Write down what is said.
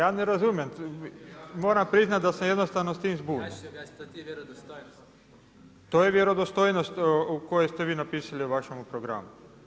Ja ne razumijem, moram priznati da sam jednostavno s tim zbunjen. … [[Upadica se ne razumije.]] To je vjerodostojnost o kojoj ste vi napisali u vašemu programu.